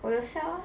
我有笑啊